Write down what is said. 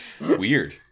Weird